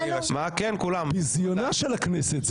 ביזיונה של הכנסת.